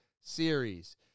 series